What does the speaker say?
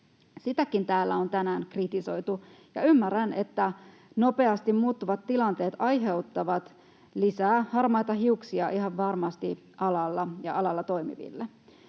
Sitäkin täällä on tänään kritisoitu, ja ymmärrän, että nopeasti muuttuvat tilanteet aiheuttavat ihan varmasti lisää harmaita hiuksia alalle ja alalla toimiville.